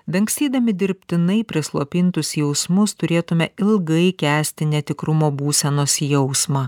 dangstydami dirbtinai prislopintus jausmus turėtume ilgai kęsti netikrumo būsenos jausmą